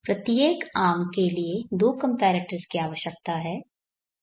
हमें प्रत्येक आर्म के लिए दो कंपैरेटर्स की आवश्यकता है